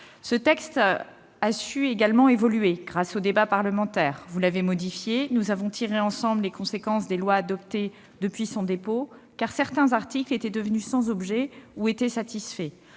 de loi a su évoluer grâce au débat parlementaire : vous l'avez modifié, puis nous avons tiré ensemble les conséquences des lois adoptées depuis son dépôt, puisque certains articles étaient devenus sans objet ou étaient satisfaits